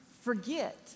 forget